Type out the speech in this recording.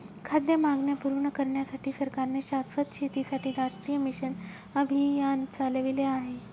खाद्य मागण्या पूर्ण करण्यासाठी सरकारने शाश्वत शेतीसाठी राष्ट्रीय मिशन अभियान चालविले आहे